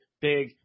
big